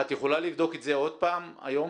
את יכולה לבדוק את זה עוד פעם היום?